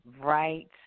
right